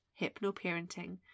hypnoparenting